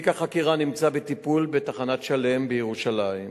תיק החקירה נמצא בטיפול בתחנת שלם בירושלים.